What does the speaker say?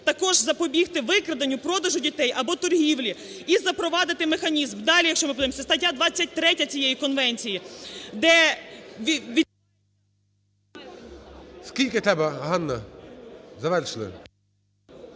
також запобігти викраденню, продажу дітей або торгівлі. І запровадити механізм. Далі якщо ми подивимося, стаття 23 цієї конвенції, де… ГОЛОВУЮЧИЙ. Скільки треба, Ганна? Завершили.